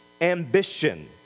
ambition